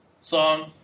song